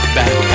back